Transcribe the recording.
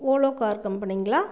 Ola car கம்பெனிங்களா